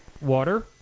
water